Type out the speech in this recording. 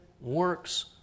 works